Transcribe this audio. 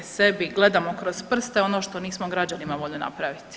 Sebi gledamo kroz prste, ono što nismo građanima voljni napraviti.